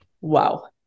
Wow